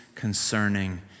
concerning